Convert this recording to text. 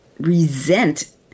resent